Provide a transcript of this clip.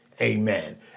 amen